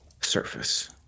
surface